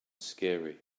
scary